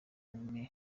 mimi